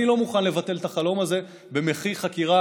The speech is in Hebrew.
אני לא מוכן לבטל את החלום הזה במחי חקירה